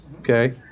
okay